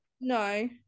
No